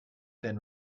been